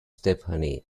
stephanie